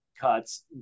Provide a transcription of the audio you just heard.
cuts